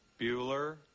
Bueller